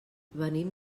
venim